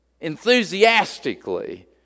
enthusiastically